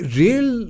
real